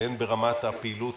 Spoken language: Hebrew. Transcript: הן ברמת הפעילות